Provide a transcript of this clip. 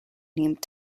named